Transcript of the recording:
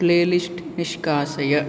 playlist निष्कासय